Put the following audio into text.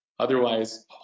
Otherwise